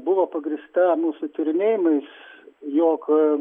buvo pagrįsta mūsų tyrinėjimais jog